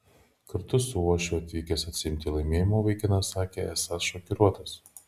kartu su uošviu atvykęs atsiimti laimėjimo vaikinas sakė esąs šokiruotas